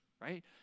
right